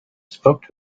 spoke